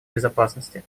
безопасности